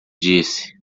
disse